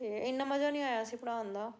ਅਤੇ ਇੰਨਾਂ ਮਜ਼ਾ ਨਹੀਂ ਆਇਆ ਸੀ ਪੜ੍ਹਾਉਣ ਦਾ